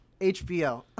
HBO